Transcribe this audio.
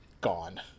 gone